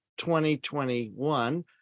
2021